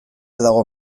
dago